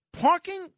Parking